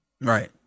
Right